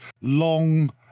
long